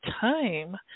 time